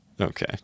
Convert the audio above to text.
Okay